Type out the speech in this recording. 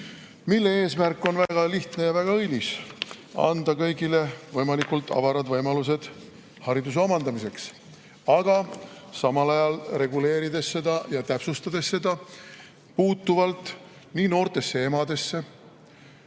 mille eesmärk on väga lihtne ja väga õilis: anda kõigile võimalikult avarad võimalused hariduse omandamiseks, aga samal ajal reguleerides seda ja täpsustades seda, puutuvalt nii noortesse emadesse